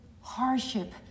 hardship